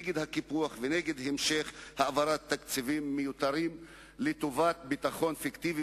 נגד הקיפוח ונגד המשך העברת תקציבים מיותרים לטובת ביטחון פיקטיבי